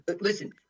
listen